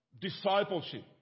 Discipleship